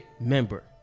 member